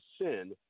sin